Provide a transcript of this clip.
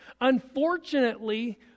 Unfortunately